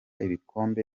ibikombe